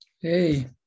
Hey